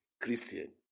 Christian